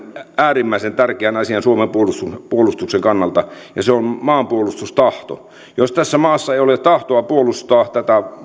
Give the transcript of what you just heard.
äärimmäisen tärkeän asian suomen puolustuksen kannalta ja se on maanpuolustustahto jos tässä maassa ei olisi tahtoa puolustaa